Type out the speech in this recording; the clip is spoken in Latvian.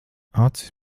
acis